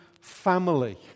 family